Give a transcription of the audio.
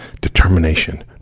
determination